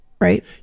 Right